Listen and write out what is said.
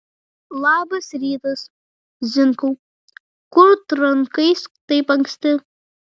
labas rytas zinkau kur trankais taip anksti